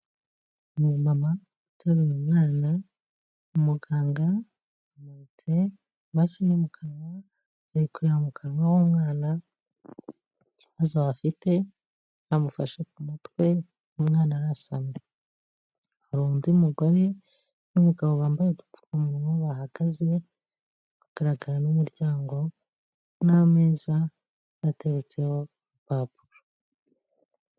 Ni umumama uteruye umwana ,umuganga amuritse imashini mukanwa ,ari arikureb mukanwa h'umwana ,ari kureba ikibazo hafite, amufashe kumutwe umwana arasamye. Hari undi mugore n'umugabo bambaye udupfuka munwa bahagaze ,hagaragara umuryango n'ameza ateretseho ibipapuro.